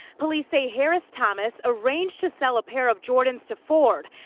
police say harris thomas arranged to sell a pair of jordans to ford,